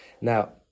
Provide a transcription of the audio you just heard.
Now